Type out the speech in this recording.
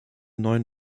neuen